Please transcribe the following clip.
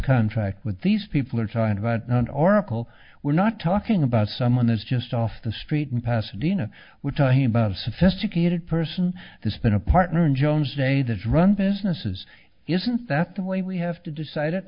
contract with these people are talking about not oracle we're not talking about someone as just off the street in pasadena we're talking about a sophisticated person has been a partner in jones day that's run businesses isn't that the way we have to decide it